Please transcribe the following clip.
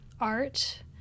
art